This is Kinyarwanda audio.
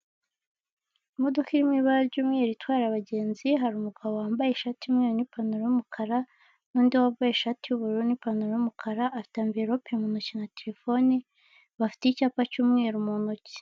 Amatara yaka cyane ndetse n'ikiraro kinyuraho imodoka, hasi no hejuru kiri mu mujyi wa Kigali muri nyanza ya kicukiro ndetse yanditseho, icyapa k'icyatsi kiriho amagambo Kigali eyapoti